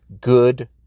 good